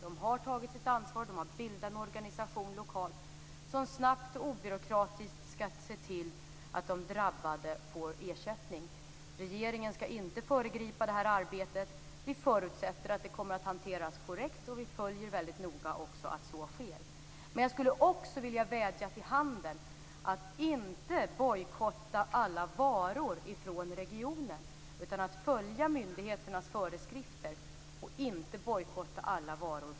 De har lokalt bildat en organisation, som snabbt och obyråkratiskt skall se till att de drabbade får ersättning. Regeringen skall inte föregripa det här arbetet. Vi förutsätter att det kommer att hanteras korrekt, och vi följer också väldigt noga att så sker. Jag skulle i detta sammanhang vilja vädja till handeln att inte bojkotta alla varor från regionen, utan att följa myndigheternas föreskrifter.